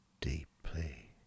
deeply